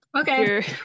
Okay